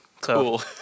Cool